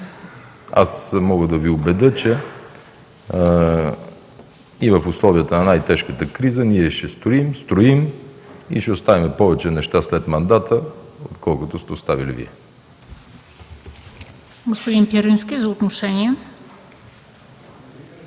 аз мога да Ви убедя, че и в условията на най-тежката криза ние ще строим, строим и ще оставим повече неща след мандата, отколкото сте оставили Вие. ПРЕДСЕДАТЕЛ МЕНДА